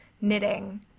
knitting